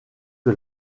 que